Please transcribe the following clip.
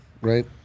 right